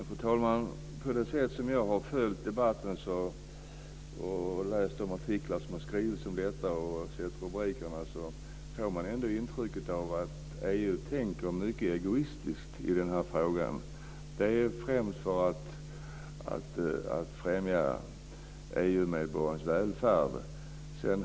Fru talman! På det sätt som jag har följt debatten och läst de artiklar och rubriker som har skrivits om detta får man ändå intrycket att EU tänker mycket egoistiskt i frågan. Det är främst fråga om att främja EU-medborgarnas välfärd.